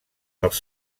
pels